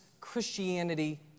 Christianity